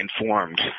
informed